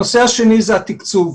הנושא השני זה התקצוב.